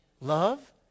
Love